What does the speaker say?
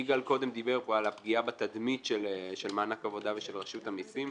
יגאל דיבר פה קודם על הפגיעה בתדמית של מענק עבודה ושל רשות המסים,